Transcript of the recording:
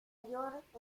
york